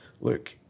look